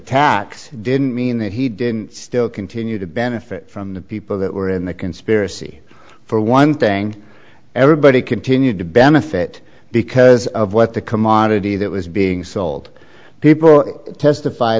tax didn't mean that he didn't still continue to benefit from the people that were in the conspiracy for one thing everybody continued to benefit because of what the commodity that was being sold people testify